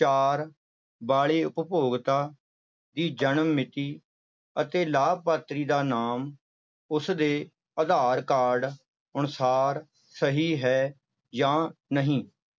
ਚਾਰ ਵਾਲੇ ਉਪਭੋਗਤਾ ਦੀ ਜਨਮ ਮਿਤੀ ਅਤੇ ਲਾਭਪਾਤਰੀ ਦਾ ਨਾਮ ਉਸਦੇ ਆਧਾਰ ਕਾਰਡ ਅਨੁਸਾਰ ਸਹੀ ਹੈ ਜਾਂ ਨਹੀਂ